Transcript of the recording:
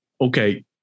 Okay